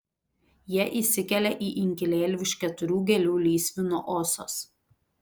jie įsikelia į inkilėlį už keturių gėlių lysvių nuo osos